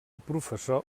professor